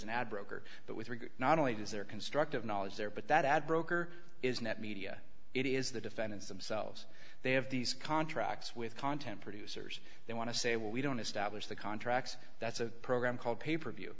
an ad broker but with regard not only does there constructive knowledge there but that ad broker is net media it is the defendant's themselves they have these contracts with content producers they want to say well we don't establish the contracts that's a program called pay per view